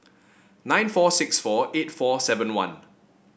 nine four six four eight four seven one